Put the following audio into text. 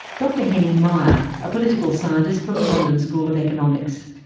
dr henning meyer, a political scientist from the london school of economics.